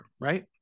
right